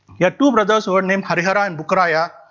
yeah two brothers who were named harihara and bukka raya,